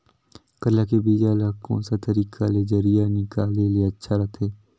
करेला के बीजा ला कोन सा तरीका ले जरिया निकाले ले अच्छा रथे?